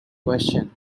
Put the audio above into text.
question